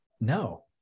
No